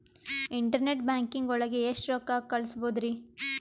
Internet banking ಒಳಗೆ ಎಷ್ಟ್ ರೊಕ್ಕ ಕಲ್ಸ್ಬೋದ್ ರಿ?